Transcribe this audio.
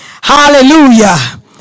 hallelujah